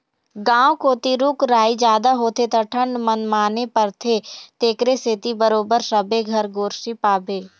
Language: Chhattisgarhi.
गाँव कोती रूख राई जादा होथे त ठंड मनमाने परथे तेखरे सेती बरोबर सबे घर गोरसी पाबे